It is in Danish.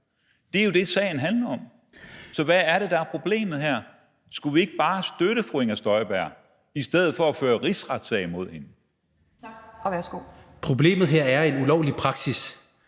Det er jo det, sagen handler om. Så hvad er det, der er problemet her? Skulle vi ikke bare støtte fru Inger Støjberg i stedet for at føre en rigsretssag imod hende? Kl. 14:36 Anden næstformand